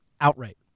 outright